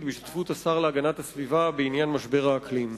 בהשתתפות השר להגנת הסביבה בעניין משבר האקלים.